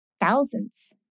thousands